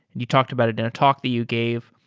and you talked about it in a talk that you gave.